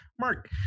Mark